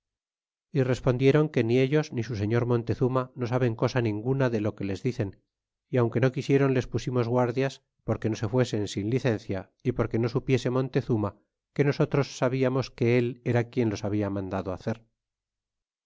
y respondieron que ellos ni su sefior montezuma no saben cosa ninguna de lo que les dicen y aunque no quisiéron les pusimos guardas porque no se fuesen sin licencia y porque no supiese montezuma que nosotros sabiamos que él era quien los habla mandado hacer